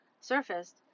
surfaced